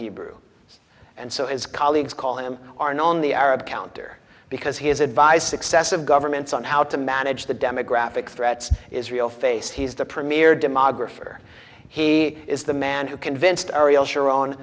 hebrew and so it's colleagues call him are now on the arab counter because he is advised successive governments on how to manage the demographic threats israel face he's the premier demographer he is the man who convinced ariel sharon